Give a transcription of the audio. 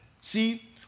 See